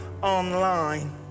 online